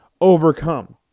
overcome